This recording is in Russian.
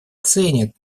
ценит